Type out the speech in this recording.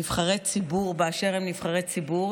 נבחרי ציבור באשר הם נבחרי ציבור,